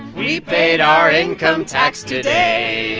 we paid our income tax today.